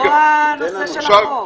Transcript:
אבל זה לא הנושא של החוק.